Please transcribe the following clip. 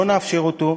לא נאפשר אותו,